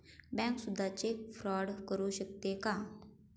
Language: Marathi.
बँक सुद्धा चेक फ्रॉड करू शकते का?